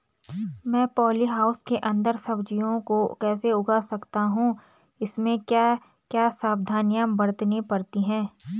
मैं poly house के अन्दर सब्जियों को कैसे उगा सकता हूँ इसमें क्या क्या सावधानियाँ बरतनी पड़ती है?